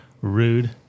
Rude